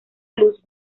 luz